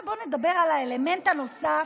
עכשיו בוא נדבר על האלמנט הנוסף,